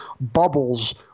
bubbles